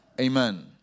Amen